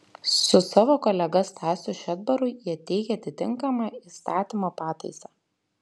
su savo kolega stasiu šedbaru jie teikia atitinkamą įstatymo pataisą